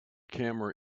camera